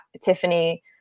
Tiffany